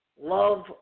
Love